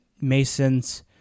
Masons